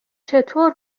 چطور